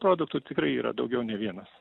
produktų tikrai yra daugiau nei vienas